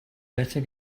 better